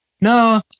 no